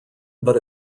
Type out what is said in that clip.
but